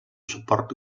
suport